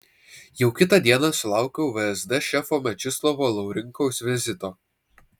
jau kitą dieną sulaukiau vsd šefo mečislovo laurinkaus vizito